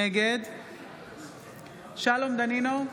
נגד שלום דנינו,